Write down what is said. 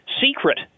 secret